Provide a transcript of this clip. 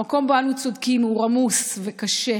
/ המקום שבו אנו צודקים / הוא רמוס וקשה /